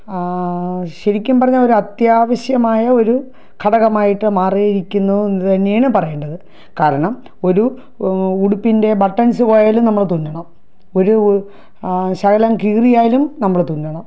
ശെരിക്കും പറഞ്ഞാൽ ഒരു അത്യാവശ്യമായ ഒരു ഘടകമായിട്ട് മാറിയിരിക്കുന്നു എന്നുതന്നെയാണ് പറയേണ്ടത് കാരണം ഒരു ഉടുപ്പിൻ്റെ ബട്ടൻസ് പോയാലും നമ്മൾ തുന്നണം ഒരു ശകലം കീറിയാലും നമ്മൾ തുന്നണം